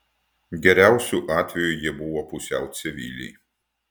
geriausiu atveju jie buvo pusiau civiliai